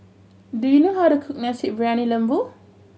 do you know how to cook Nasi Briyani Lembu